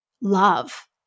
love